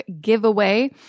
giveaway